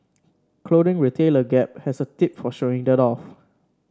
clothing retailer Gap has a tip for showing that off